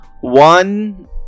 one